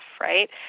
right